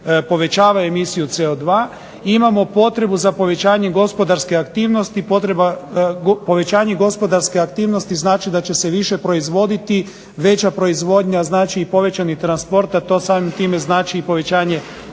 povećava emisiju CO2. Imamo potrebu za povećanjem gospodarske aktivnosti. Povećanje gospodarske aktivnosti znači da će se više proizvoditi. Veća proizvodnja znači i povećani transport, a to samim time znači i povećanje